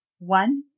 One